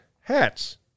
hats